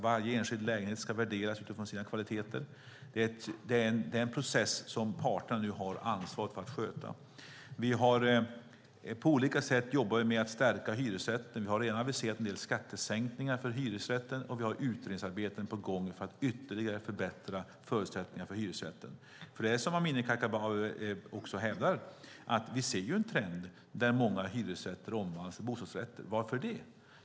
Varje enskild lägenhet ska värderas utifrån sina kvaliteter. Det är en process som parterna nu har ansvar för att sköta. På olika sätt jobbar vi med att stärka hyresrätten. Vi har redan aviserat en del skattesänkningar för hyresrätten, och vi har utredningsarbete på gång för att ytterligare förbättra förutsättningarna för hyresrätten. Som Amineh Kakabaveh också hävdar ser vi en trend där många hyresrätter omvandlas till bostadsrätter. Varför det?